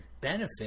benefit